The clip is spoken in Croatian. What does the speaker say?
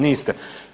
Niste.